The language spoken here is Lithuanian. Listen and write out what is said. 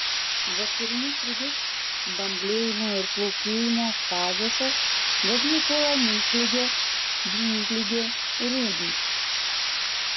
vasarinius rugius bamblėjimo ir plaukėjimo fazėse dažnai puola miltligė dryžligė rūdys